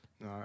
No